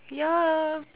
yeah